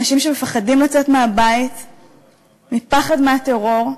אנשים שמפחדים לצאת מהבית מפחד מהטרור,